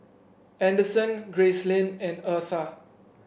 Anderson Gracelyn and Eartha